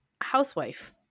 housewife